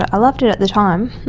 ah i loved it at the time,